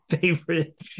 favorite